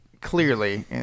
clearly